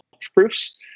proofs